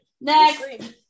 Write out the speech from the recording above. Next